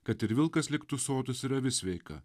kad ir vilkas liktų sotus ir avis sveika